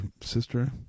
sister